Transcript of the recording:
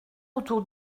autour